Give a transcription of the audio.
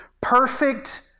perfect